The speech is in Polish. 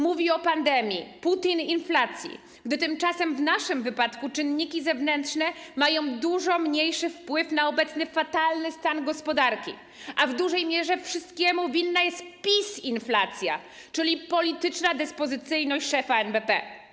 Mówi o pandemii, putinflacji, gdy tymczasem w naszym wypadku czynniki zewnętrzne mają dużo mniejszy wpływ na obecny fatalny stan gospodarki, a w dużej mierze wszystkiemu winna jest PiS-inflacja, czyli polityczna dyspozycyjność szefa NBP.